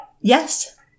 Yes